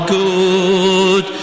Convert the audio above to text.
good